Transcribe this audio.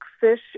fish